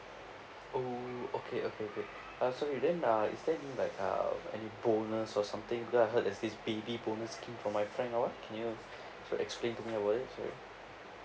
oh okay okay uh sorry then uh is there any like uh any bonus or something cause I heard there's this baby bonus scheme from my friend or [what] can you could explain to me about it sorry